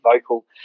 vocal